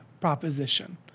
proposition